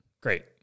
great